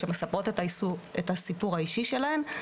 שמספרות את הסיפור האישי שלהן,